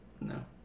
No